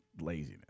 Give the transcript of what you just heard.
laziness